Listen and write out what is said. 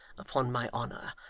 upon my honour!